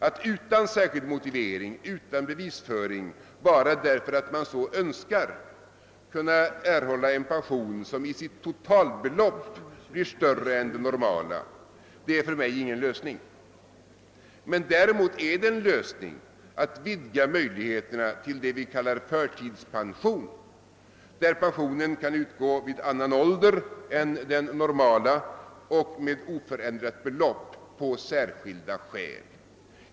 Att utan särskild motivering, utan bevisföring, bara därför att man så önskar kunna erhålla en pension, som till sitt totalbelopp blir större än det normala beloppet, är för mig ingen lösning. Däremot är det en lösning att vidga möjligheterna till det vi kallar förtidspension, där pensionen kan utgå vid annan ålder än den normala och med oförändrat belopp på särskilda skäl.